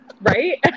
Right